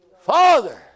Father